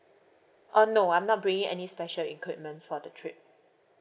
uh no I'm not bringing any special equipment for the trip